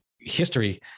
history